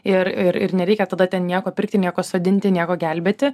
ir ir ir nereikia tada ten nieko pirkti nieko sodinti nieko gelbėti